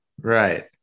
right